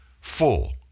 full